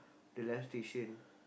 the live station